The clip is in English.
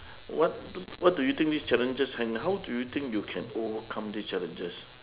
what what do you think this challenges and how do you think you can overcome this challenges